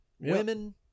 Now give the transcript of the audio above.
Women